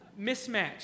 mismatch